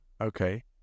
Okay